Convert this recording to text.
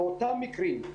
באותם מקרים,